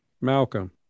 Malcolm